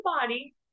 body